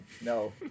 No